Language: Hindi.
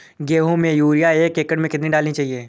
गेहूँ में यूरिया एक एकड़ में कितनी डाली जाती है?